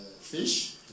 fish